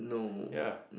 ya